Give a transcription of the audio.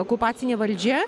okupacinė valdžia